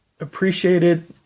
Appreciated